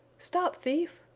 stop thief!